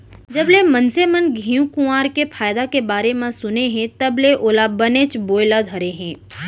जबले मनसे मन घींव कुंवार के फायदा के बारे म सुने हें तब ले ओला बनेच बोए ल धरे हें